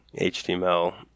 HTML